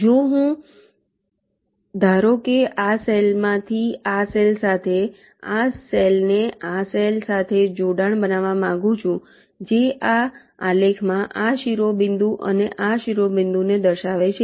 જો ધારો કે હું આ સેલ માંથી આ સેલ સાથે આ સેલ ને આ સેલ સાથે જોડાણ બનાવવા માંગુ છું જે આ આલેખમાં આ શિરોબિંદુ અને આ શિરોબિંદુને દર્શાવે છે